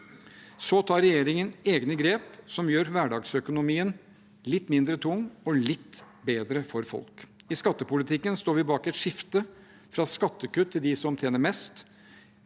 Så tar regjeringen egne grep som gjør hverdagsøkonomien litt mindre tung og litt bedre for folk. I skattepolitikken står vi bak et skifte fra skattekutt til dem som tjener mest